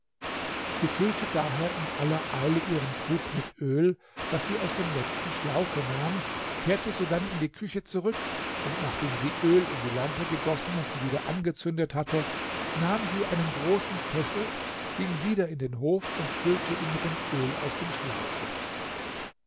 sie füllte daher in aller eile ihren krug mit öl das sie aus dem letzten schlauche nahm kehrte sodann in die küche zurück und nachdem sie öl in die lampe gegossen und sie wieder angezündet hatte nahm sie einen großen kessel ging wieder in den hof und füllte ihn mit öl aus dem schlauche